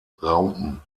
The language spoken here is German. raupen